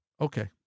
Okay